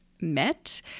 met